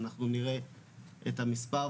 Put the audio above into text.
אנחנו נראה את המספר,